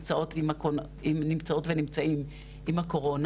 בגלל המצב שכולנו נמצאות ונמצאים עם הקורונה,